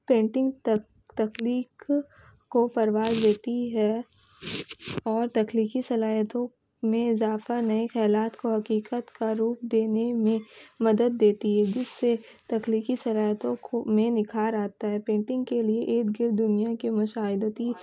painting تخلیق کو پروان دیتی ہے اور تخلیقی صلاحیتوں میں اضافہ نئے خیالات کو حقیقت کا روپ دینے میں مدد دیتی ہے جس سے تخلیقی صلاحیتوں کو میں نکھار آتا ہے پینٹنگ کے لیے ارد گرد دنیا کے مشاہداتی